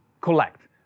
collect